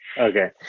okay